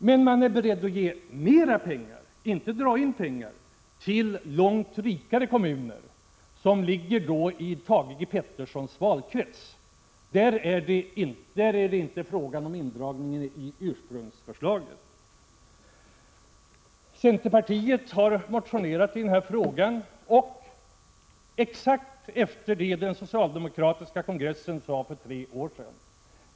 Men man är beredd att ge mera pengar, inte dra in pengar, till långt rikare kommuner, som ligger i Thage G. Petersons valkrets. Där är det inte fråga om indragningar i ursprungsförslagen. Centerpartiet har motionerat i denna fråga i samma riktning som den socialdemokratiska kongressens uttalande för tre år sedan.